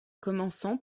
commençant